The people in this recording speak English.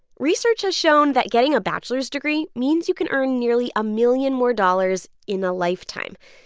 research has shown that getting a bachelor's degree means you can earn nearly a million more dollars in a lifetime.